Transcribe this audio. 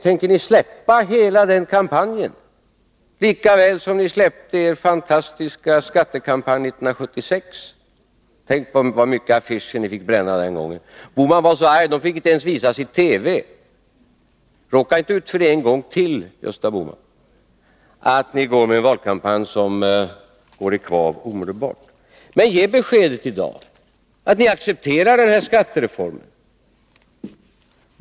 Tänker ni släppa hela den kampanjen lika väl som ni släppte er fantastiska skattekampanj 1976? Tänk, så mycket affischer ni fick bränna den gången! Gösta Bohman var så arg — de fick inte ens visas i TV. Råka inte ut för det en gång till, Gösta Bohman, att ni för en valkampanj som går i kvav omedelbart! Men ge beskedet i dag att ni accepterar den här skattereformen!